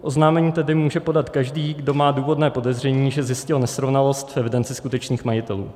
Oznámení tedy může podat každý, kdo má důvodné podezření, že zjistil nesrovnalost v evidenci skutečných majitelů.